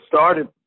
started